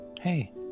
Hey